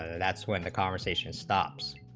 that's when the conversation stops